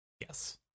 Yes